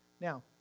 Now